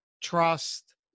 trust